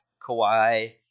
Kawhi